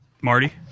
Marty